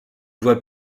voie